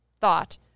thought